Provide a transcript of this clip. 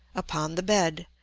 upon the bed,